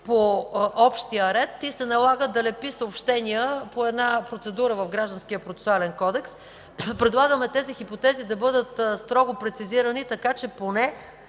по общия ред и се налага да лепят съобщения по една процедура в ГПК. Предлагаме тези хипотези да бъдат строго прецизирани, така че поне